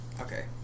Okay